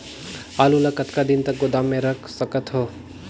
आलू ल कतका दिन तक गोदाम मे रख सकथ हों?